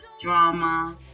drama